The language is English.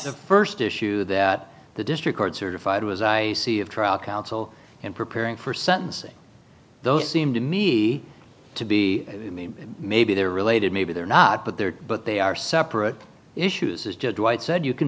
the first issue that the district board certified as i see of trial counsel and preparing for sentencing those seem to me to be maybe they're related maybe they're not but they're but they are separate issues as judge white said you can